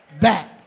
back